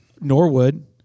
Norwood